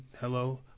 hello